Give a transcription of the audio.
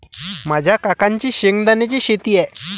माझ्या काकांची शेंगदाण्याची शेती आहे